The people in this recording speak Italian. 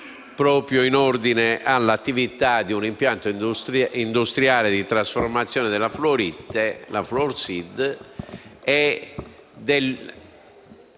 proprio in ordine all'attività di un impianto industriale di trasformazione della fluorite - la Fluorsid - e